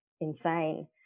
insane